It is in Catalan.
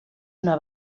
una